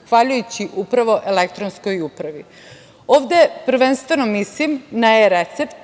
zahvaljujući upravo elektronskoj upravi. Ovde prvenstveno mislim na e-recept,